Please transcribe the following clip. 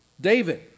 David